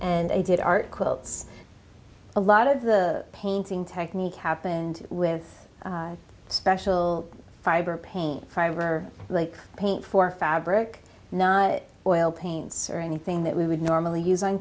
and i did art quilts a lot of the painting technique happened with special fiber paint primer paint for fabric not oil paints or anything that we would normally use on